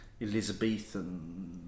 Elizabethan